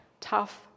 tough